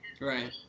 Right